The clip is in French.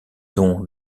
dont